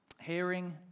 Hearing